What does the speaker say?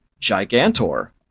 Gigantor